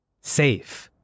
safe